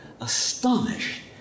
astonished